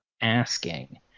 asking